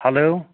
hello